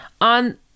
on